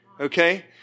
Okay